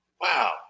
Wow